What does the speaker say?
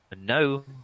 No